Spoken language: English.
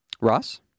Ross